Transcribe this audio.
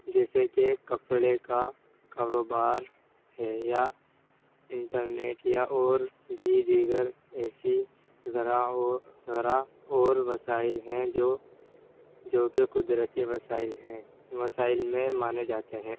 جیسے کہ کپڑے کا کاروبار ہے یا انٹر نیٹ یا اور بھی دیگر ایسی ذرا ذرا اور وسائل ہیں جو جو کہ قدرتی وسائل ہیں مسائل میں مانے جاتے ہیں